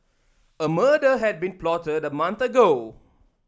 a murder had been plotted a month ago